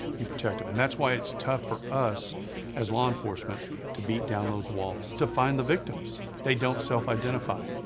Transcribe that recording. you protect him. and that's why it's tough for us as law enforcement to beat down those walls to find the victims. they don't self-identify.